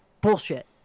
bullshit